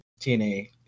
TNA